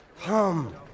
Come